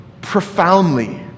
profoundly